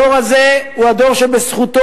הדור הזה הוא הדור שבזכותו,